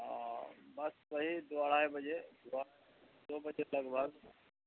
ہاں بس وہی دو اڑھائی بجے صبح دو بجے لگ بھگ